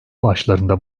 başlarında